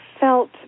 felt